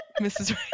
Mrs